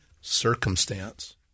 circumstance